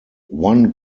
one